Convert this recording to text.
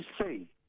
say